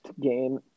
game